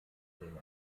den